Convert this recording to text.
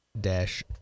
dash